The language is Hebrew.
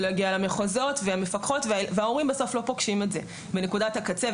למחוזות ולמפקחות וההורים בסוף לא פוגשים את זה בנקודת הקצה.